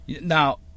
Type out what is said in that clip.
now